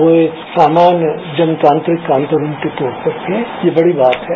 वो एक सामान्य जनतांत्रिक कार्यक्रम के तौर पर थे ये बड़ी बात है